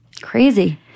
crazy